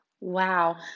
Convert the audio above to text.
Wow